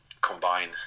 combine